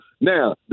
Now